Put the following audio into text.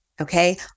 okay